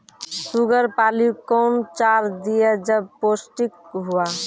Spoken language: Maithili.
शुगर पाली कौन चार दिय जब पोस्टिक हुआ?